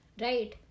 right